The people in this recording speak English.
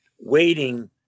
waiting